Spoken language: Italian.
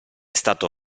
stato